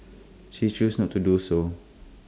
she chose not to do so